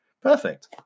Perfect